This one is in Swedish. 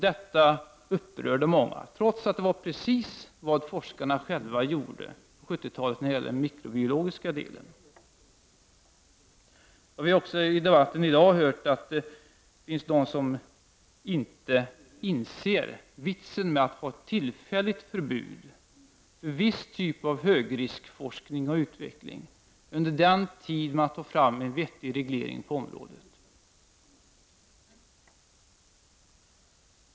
Detta upprörde många, trots att detta var precis vad forskarna själva gjorde på 70-talet när det gäller den mikrobiologiska delen. Vi har i dag i debatten hört att det finns de som inte inser vitsen med ett tillfälligt förbud mot viss typ av högriskforskning och utveckling under den tid man tar fram vettiga regler på området.